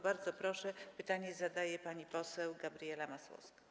Bardzo proszę, pytanie zadaje pani poseł Gabriela Masłowska.